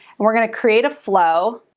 and we're gonna create a flow.